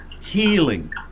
healing